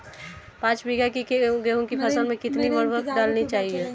पाँच बीघा की गेहूँ की फसल में कितनी उर्वरक डालनी चाहिए?